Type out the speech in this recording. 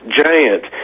giant